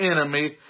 enemy